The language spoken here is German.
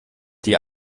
die